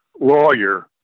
lawyer